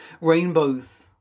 Rainbows